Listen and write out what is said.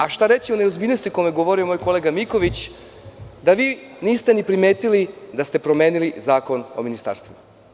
A šta reći o neozbiljnosti o kojoj je govorio moj kolega Miković, da vi niste ni primetili da ste promenili Zakon o ministarstvima?